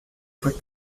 quick